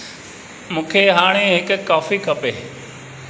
मूंखे हाणे हिकु कॉफ़ी खपे